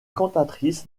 cantatrice